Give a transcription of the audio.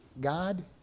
God